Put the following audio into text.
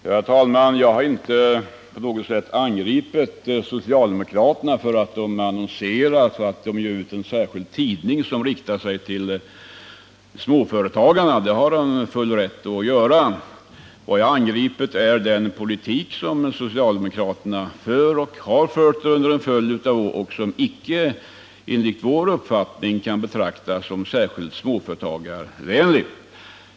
Herr talman! Jag har inte på något sätt angripit socialdemokraterna för att de annonserar eller för att de ger ut en särskild tidning som riktar sig till småföretagarna. Det har de all rätt att göra. Vad jag har angripit är den politik som socialdemokraterna nu för och som de har fört under en följd av år och som icke, enligt vår mening, kan betraktas som småföretagarvänlig.